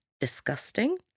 disgusting